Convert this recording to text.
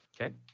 Okay